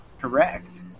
Correct